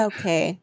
Okay